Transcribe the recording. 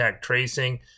tracing